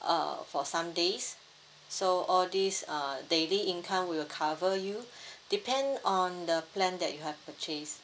uh for some days so all these err daily income will cover you depend on the plan that you have purchased